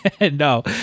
No